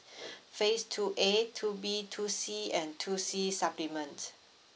phase two A two B two C and two C supplement